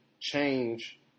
change